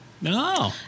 No